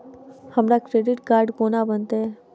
हमरा credit card कोना बनतै?